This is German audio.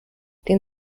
den